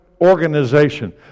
organization